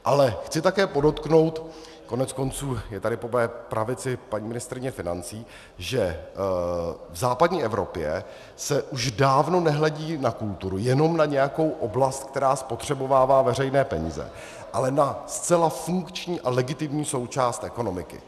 Ale chci také podotknout, koneckonců je tady po mé pravici paní ministryně financí, že v západní Evropě se už dávno nehledí na kulturu jako na nějakou oblast, která spotřebovává veřejné peníze, ale jako na zcela funkční a legitimní součást ekonomiky.